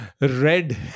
red